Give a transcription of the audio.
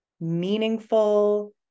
meaningful